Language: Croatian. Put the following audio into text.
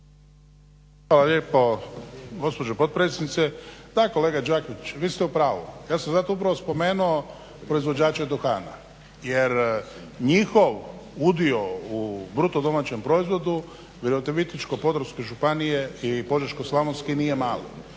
Hvala lijepo gospođo potpredsjednice. Da kolega Đakić, vi ste u pravu. Ja sam zato upravo spomenuo proizvođače duhana jer njihov udio u BDP-u u Virovitičko-podravskoj županiji je i požeško-slavonski nije mali.